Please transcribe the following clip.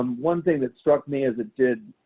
um one thing that struck me, as it did